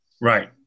right